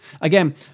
Again